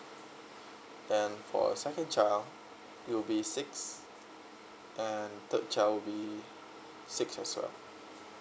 and for second child it'll six and third child will be six as well